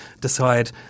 decide